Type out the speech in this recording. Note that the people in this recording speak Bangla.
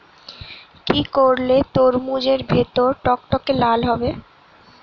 কি করলে তরমুজ এর ভেতর টকটকে লাল হবে?